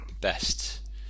Best